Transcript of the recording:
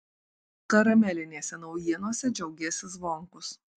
karamelinėse naujienose džiaugėsi zvonkus